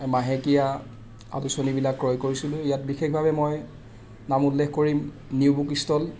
মাহেকীয়া আলোচনীবিলাক ক্ৰয় কৰিছিলোঁ ইয়াত বিশেষভাৱে মই নাম উল্লেখ কৰিম নিউ বুক ষ্টল